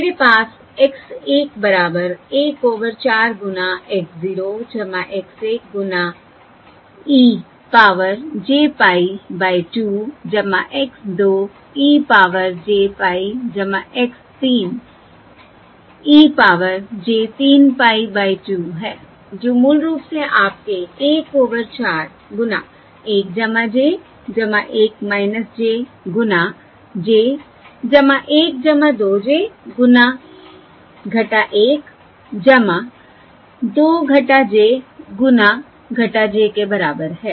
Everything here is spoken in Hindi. मेरे पास x 1 बराबर 1 ओवर 4 गुना x 0 x 1 गुना e power j pie by 2 x 2 e power j pie X 3 e power j 3 pie by 2 है जो मूल रूप से आपके 1 ओवर 4 गुना 1 j 1 j गुना j 1 2 j गुना 1 2 j गुना - j के बराबर है